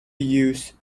use